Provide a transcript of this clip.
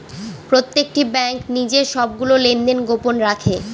প্রত্যেকটি ব্যাঙ্ক নিজের সবগুলো লেনদেন গোপন রাখে